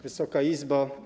Wysoka Izbo!